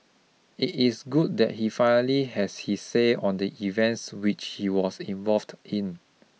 it is good that he finally has his say on the events which he was involved in